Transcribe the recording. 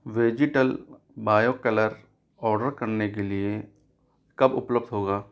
vegetal bio colour order करने के लिए कब उपलब्ध होगा